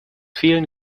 vielen